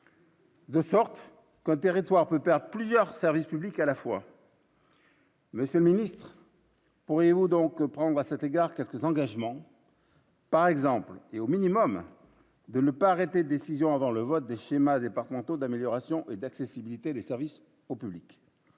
De sorte que territoire peut à plusieurs services publics à la fois. Monsieur le Ministre, pourriez-vous donc prendre à cet égard, quelques engagements. Par exemple, est au minimum de ne pas arrêter, décision avant le vote des schémas départementaux d'amélioration et d'accessibilité des services au public